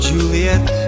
Juliet